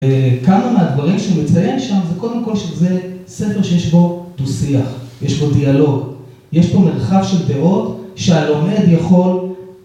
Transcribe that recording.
אה... כמה מהדברים שהוא מציין שם זה קודם כל שזה ספר שיש בו דו שיח, יש בו דיאלוג, יש פה מרחב של דעות שהלומד יכול